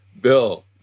Bill